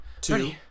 Two